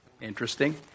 Interesting